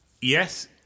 Yes